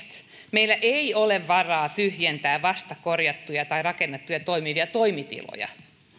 meillä ei ole varaa tyhjentää vasta korjattuja tai rakennettuja toimivia toimitiloja